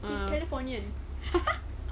he's californian